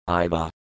Iva